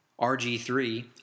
RG3